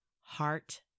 heart